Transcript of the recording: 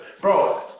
Bro